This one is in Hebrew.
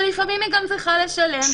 ולפעמים היא גם צריכה לשלם.